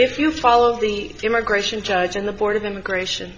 if you follow the immigration judge and the board of immigration